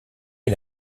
est